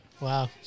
Wow